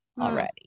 already